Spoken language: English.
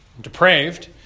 depraved